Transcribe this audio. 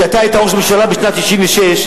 כשאתה היית ראש הממשלה בשנת 1996,